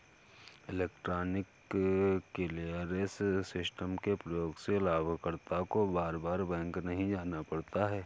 electronic clearance system के प्रयोग से लाभकर्ता को बार बार बैंक नहीं जाना पड़ता है